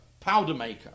Powdermaker